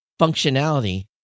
functionality